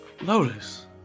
Lotus